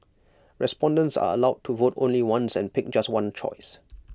respondents are allowed to vote only once and pick just one choice